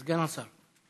סגן השר.